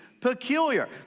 peculiar